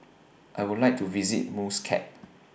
I Would like to visit Muscat